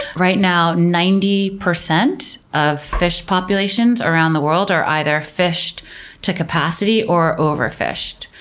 right now, ninety percent of fish populations around the world are either fished to capacity or overfished,